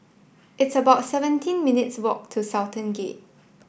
it's about seventeen minutes' walk to Sultan Gate